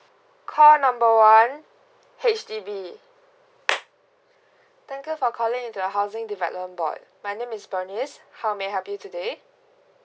H_D_B thank you for calling the housing development board my name is bernice how may I help you today